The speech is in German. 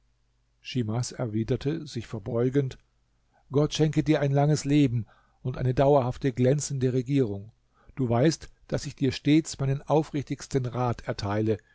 schimas erwiderte sich verbeugend gott schenke dir ein langes leben und eine dauerhafte glänzende regierung du weißt daß ich dir stets meinen aufrichtigsten rat erteile